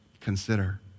Consider